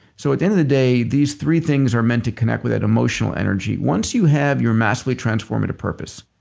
so at the end of the day these three things are meant to connect with that emotional energy. once you have your massively transformative purpose,